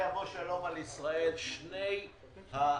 שני התשלומים,